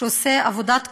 שעושה עבודת קודש,